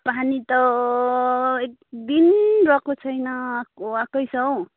पानी त एकदिन रहेको छैन आएको आएकै छ हौ